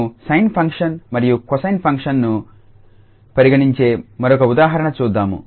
మేము sin function మరియు cosine ఫంక్షన్ను పరిగణించే మరొక ఉదాహరణ చూద్దాము